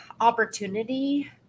opportunity